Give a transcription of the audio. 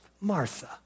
Martha